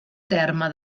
terme